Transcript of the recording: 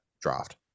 draft